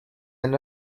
han